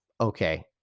Okay